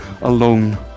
alone